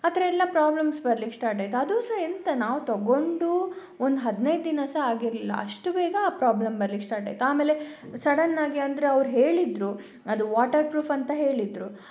ಆ ಥರ ಎಲ್ಲ ಪ್ರಾಬ್ಲಮ್ಸ್ ಬರ್ಲಿಕ್ಕೆ ಸ್ಟಾರ್ಟ್ ಆಯಿತು ಅದು ಸಹ ಎಂತ ನಾವು ತಗೊಂಡು ಒಂದು ಹದಿನೈದು ದಿನ ಸಹ ಆಗಿರಲಿಲ್ಲ ಅಷ್ಟು ಬೇಗ ಆ ಪ್ರಾಬ್ಲಮ್ ಬರ್ಲಿಕ್ಕೆ ಸ್ಟಾರ್ಟ್ ಆಯಿತು ಆಮೇಲೆ ಸಡನ್ನಾಗಿ ಅಂದರೆ ಅವರು ಹೇಳಿದ್ದರು ಅದು ವಾಟರ್ಪ್ರೂಫ್ ಅಂತ ಹೇಳಿದ್ದರು